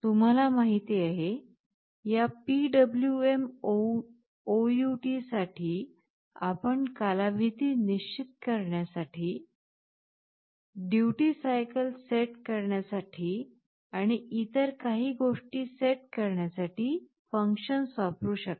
तुम्हाला माहित आहे या PwmOut साठी आपण कालावधी निश्चित करण्यासाठी ड्युटी सायकल सेट करण्यासाठी आणि इतर काही गोष्टी सेट करण्यासाठी functions वापरू शकतो